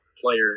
player